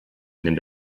nimmt